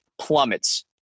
plummets